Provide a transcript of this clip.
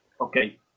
Okay